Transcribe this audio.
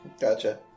Gotcha